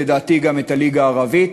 לדעתי גם את הליגה הערבית,